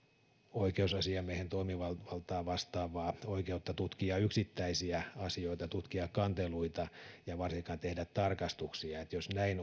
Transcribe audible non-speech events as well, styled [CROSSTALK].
oikeusasiamiehen toimivaltaa vastaavaa oikeutta tutkia yksittäisiä asioita tutkia kanteluita ja varsinkaan tehdä tarkastuksia jos näin [UNINTELLIGIBLE]